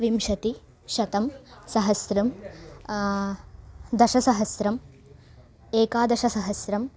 विंशतिः शतं सहस्रं दशसहस्रम् एकादशसहस्रं